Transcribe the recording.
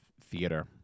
theater